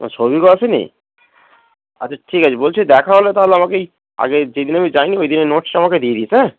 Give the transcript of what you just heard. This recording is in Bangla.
সৌভিকও আস নি আচ্ছা ঠিক আছে বলছি দেখা হলে তাহলে আমাকেই আগে যেদিনে আমি যায় নি ওই দে নোটসটা আমাকে দিয়ে দি হ্যাঁ